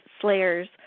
slayers